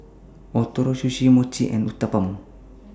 Ootoro Sushi Mochi and Uthapam